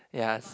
ya